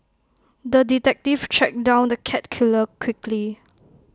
the detective tracked down the cat killer quickly